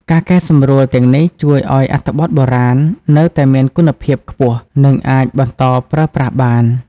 ការកែសម្រួលទាំងនេះជួយឱ្យអត្ថបទបុរាណនៅតែមានគុណភាពខ្ពស់ និងអាចបន្តប្រើប្រាស់បាន។